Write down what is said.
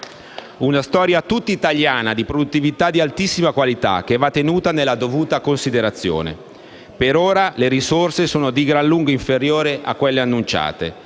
una storia tutta italiana di produttività di altissima qualità, che va tenuta nella dovuta considerazione. Per ora le risorse sono di gran lunga inferiori a quelle annunciate